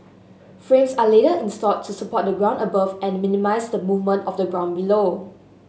frames are later installed to support the ground above and minimise the movement of the ground below